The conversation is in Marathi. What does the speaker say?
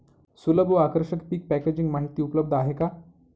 सुलभ व आकर्षक पीक पॅकेजिंग माहिती उपलब्ध आहे का?